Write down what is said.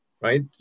right